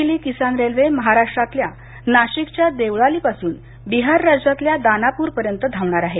पहिली किसान रेल्वे महाराष्ट्रातील नाशिकच्या देवळाली पासून बिहार राज्यातल्या दानापूरपर्यंत धावणार आहे